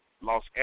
Los